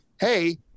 hey